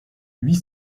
huit